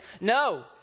no